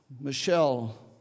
Michelle